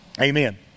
Amen